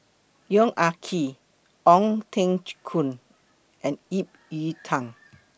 Yong Ah Kee Ong Teng Koon and Ip Yiu Tung